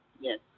Yes